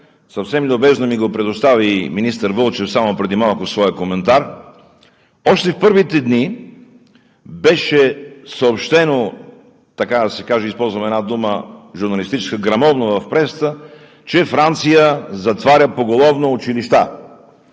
съвсем любезно ми го предостави министър Вълчев само преди малко в своя коментар: още в първите дни беше съобщено, така да се каже – използвам една журналистическа дума „гръмовно“ в пресата, че Франция затваря поголовно училища.